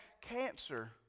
cancer